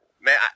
Man